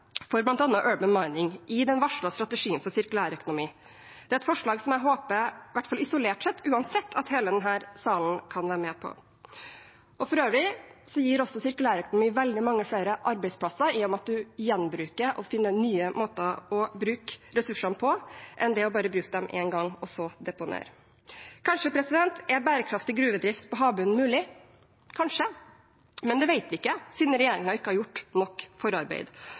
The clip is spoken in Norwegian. for bl.a. «urban mining» i den varslede strategien for sirkulær økonomi. Det er et forslag jeg uansett håper – isolert sett – at hele salen kan være med på. For øvrig gir også sirkulær økonomi veldig mange flere arbeidsplasser i og med at en gjenbruker og finner nye måter å bruke ressursene på enn bare å bruke dem én gang og så deponere. Kanskje er bærekraftig gruvedrift på havbunnen mulig – kanskje – men det vet vi ikke siden regjeringen ikke har gjort nok